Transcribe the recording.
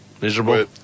Miserable